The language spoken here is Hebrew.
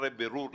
אחרי בירור,